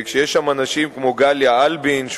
שיש שם אנשים כמו גליה אלבין,